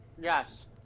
Yes